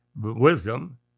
wisdom